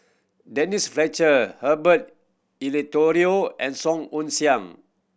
Denise Fletcher Herbert Eleuterio and Song Ong Siang